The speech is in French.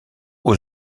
aux